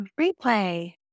Replay